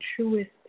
truest